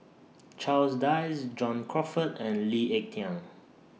Charles Dyce John Crawfurd and Lee Ek Tieng